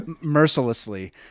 mercilessly